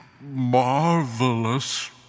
marvelous